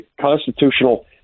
constitutional